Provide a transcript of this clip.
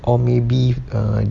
or maybe err